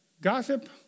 gossip